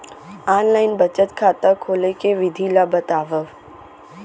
Online बचत खाता खोले के विधि ला बतावव?